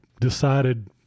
decided